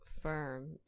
firm